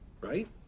Right